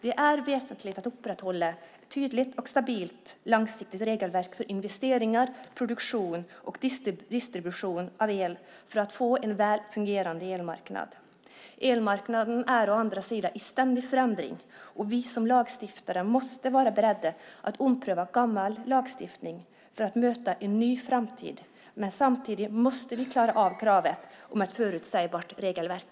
Det är väsentligt att upprätthålla ett långsiktigt tydligt och stabilt regelverk för investeringar, produktion och distribution av el för att få en väl fungerande elmarknad. Elmarknaden är å andra sidan i ständig förändring, och vi som lagstiftare måste vara beredda att ompröva gammal lagstiftning för att möta en ny framtid. Samtidigt måste vi klara av kravet om ett förutsägbart regelverk.